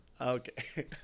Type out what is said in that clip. okay